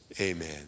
Amen